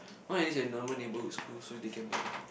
I want enlist in normal neighbourhood school so they can blend in